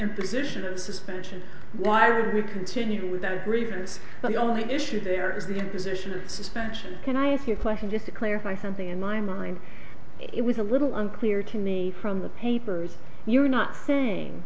imposition of suspension why would we continue with that agreement the only issue there is the imposition of suspension can i ask you a question just to clarify something in my mind it was a little unclear to me from the papers you're not saying